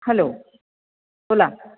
hello बोला